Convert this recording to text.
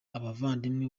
abavandimwe